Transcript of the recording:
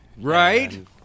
Right